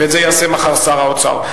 ואת זה יעשה מחר שר האוצר.